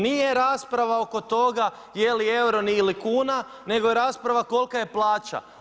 Nije rasprava oko toga je li euro ili kuna, nego je rasprava kolika je plaća.